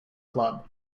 club